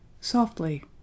Softly